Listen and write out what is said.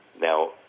Now